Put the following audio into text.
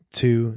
two